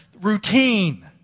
routine